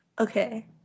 okay